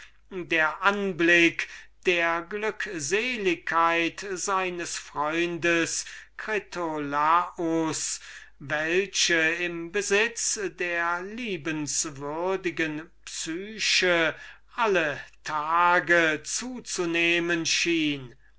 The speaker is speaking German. der anblick der glückseligkeit seines freundes critolaus welche im besitz der liebenswürdigen psyche alle tage zu zunehmen schien